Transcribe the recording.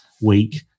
week